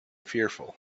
fearful